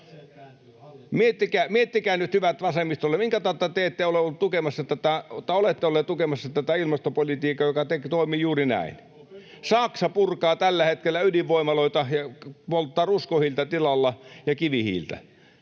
miettikää nyt hyvät vasemmistolaiset, minkä tautta te olette olleet tukemassa tätä ilmastopolitiikkaa, joka toimii juuri näin. Saksa purkaa tällä hetkellä ydinvoimaloita ja polttaa tilalla ruskohiiltä ja kivihiiltä.